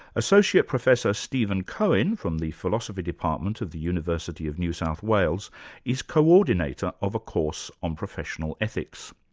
associate professor steven cohen from the philosophy department of the university of new south wales is co-ordinator of a course on professional ethics.